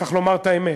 צריך לומר את האמת.